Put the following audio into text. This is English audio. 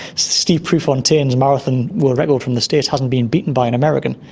steve prefontaine's marathon world record from the states hasn't been beaten by an american,